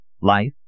Life